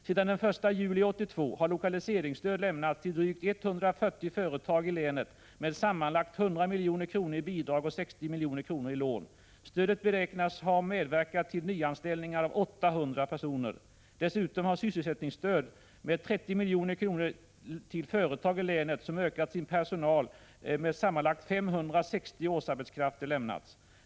Sedan den 1 juli 1982 har lokaliseringsstöd lämnats till drygt 140 företag i länet med sammanlagt 100 milj.kr. i bidrag och 60 milj.kr. i lån. Stödet beräknas ha medverkat till nyanställningar av 800 personer. Dessutom har sysselsättningsstöd lämnats med 30 milj.kr. till företag i länet som ökat sin personal med sammanlagt 560 årsarbetskrafter.